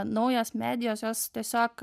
naujos medijos jos tiesiog